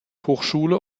hochschule